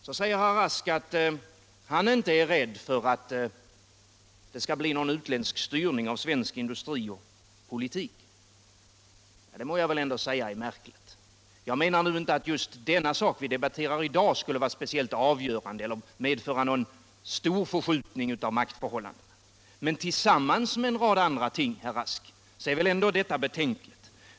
Så sade herr Rask att han inte var rädd för att det skall bli någon utländsk styrning av svensk industri och politik. Det må jag väl ändå säga är märkligt. Jag menar inte att den sak vi debatterar i dag skulle vara speciellt avgörande eller medföra någon stor förskjutning av maktförhållandena, men tillsammans med en rad andra ting, herr Rask, är detta beklagligt.